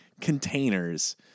containers